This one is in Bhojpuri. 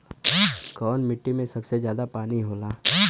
कौन मिट्टी मे सबसे ज्यादा पानी होला?